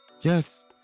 Yes